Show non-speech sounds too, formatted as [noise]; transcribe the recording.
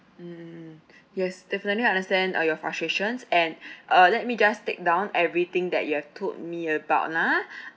mm yes definitely I understand uh your frustrations and [breath] uh let me just take down everything that you have told me about ah